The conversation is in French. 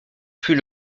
fut